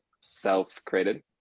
self-created